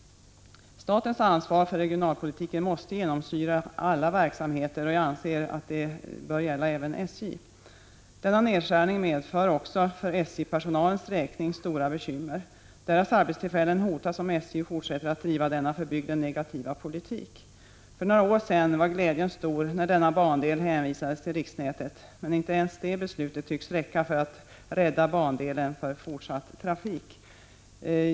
Statens ansvar för regionalpolitiken måste genomsyra alla verksamheter, och jag anser att det bör gälla även SJ. Denna nedskärning medför också stora bekymmer för SJ-personalen. Deras arbetstillfällen hotas, om SJ fortsätter att driva denna för bygden negativa politik. För några år sedan var glädjen stor, när denna bandel hänvisades till riksnätet, men inte ens det beslutet tycks räcka för att rädda bandelen för fortsatt trafik.